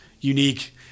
unique